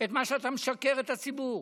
את מה שאתה משקר לציבור,